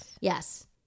Yes